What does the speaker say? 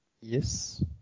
Yes